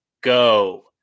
go